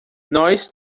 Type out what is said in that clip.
nós